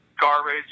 garbage